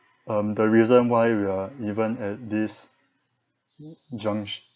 um the reason why we are even at this junct~